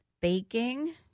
baking